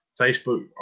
Facebook